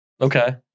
Okay